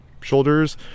shoulders